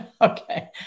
Okay